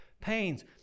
pains